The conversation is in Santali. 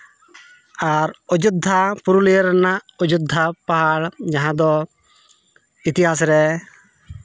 ᱟᱨ ᱚᱡᱳᱫᱽᱫᱷᱟ ᱯᱩᱨᱩᱞᱤᱭᱟ ᱨᱮᱱᱟᱜ ᱚᱡᱳᱫᱽᱫᱷᱟ ᱯᱟᱦᱟᱲ ᱡᱟᱦᱟᱸ ᱫᱚ ᱤᱛᱤᱦᱟᱥ ᱨᱮ